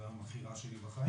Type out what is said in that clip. זה היום הכי רע שלי בחיים.